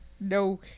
No